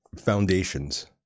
foundations